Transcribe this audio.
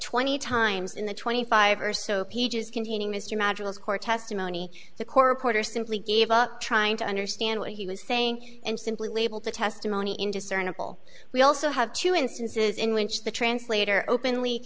twenty times in the twenty five or so pages containing mr magill score testimony the core of quarter simply gave up trying to understand what he was saying and simply labelled the testimony indiscernible we also have two instances in which the translator openly